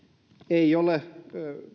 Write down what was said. ei ole